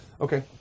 okay